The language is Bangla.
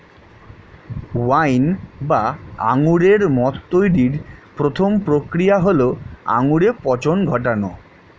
ওয়াইন বা আঙুরের মদ তৈরির প্রথম প্রক্রিয়া হল আঙুরে পচন ঘটানো